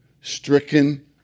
stricken